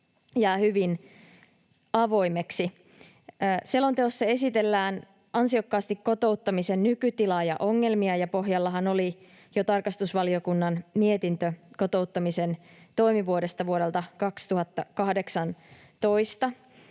jää hyvin avoimeksi. Selonteossa esitellään ansiokkaasti kotouttamisen nykytilaa ja ongelmia, ja pohjallahan oli jo tarkastusvaliokunnan mietintö kotouttamisen toimivuudesta vuodelta 2018.